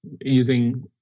using